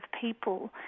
people